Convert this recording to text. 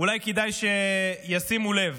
אולי כדאי שישימו לב